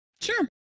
sure